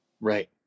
Right